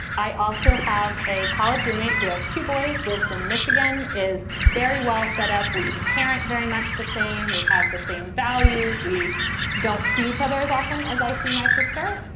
i also have a college roommate who has two boys. lives in michigan is very well setup. we parent very much the same. we have the same values. we don't see each other as often as i see my sister.